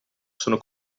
sono